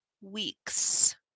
weeks